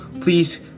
please